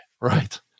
right